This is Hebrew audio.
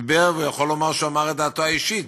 שדיבר ויכול להיות שאמר את דעתו האישית,